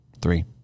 Three